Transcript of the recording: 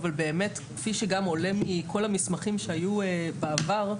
אבל באמת כפי שגם עולה מכל המסמכים שהיו בעבר,